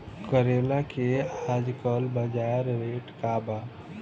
करेला के आजकल बजार रेट का बा?